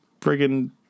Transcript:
friggin